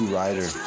rider